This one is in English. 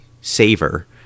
saver